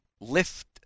lift